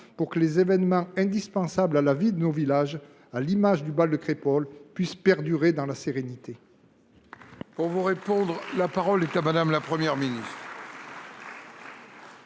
pour que les événements indispensables à la vie de nos villages, à l’image du bal de Crépol, puissent perdurer dans la sérénité